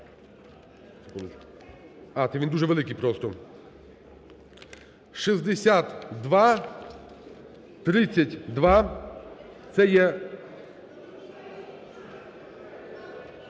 то він дуже великий просто. 6232, це є...